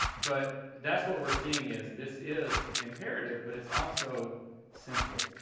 but that's what we're seeing is this is imperative, but it's also simple,